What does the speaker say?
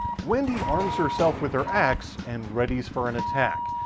wendy arms herself with her axe, and readys for an attack,